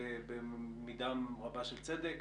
ובמידה רבה של צדק,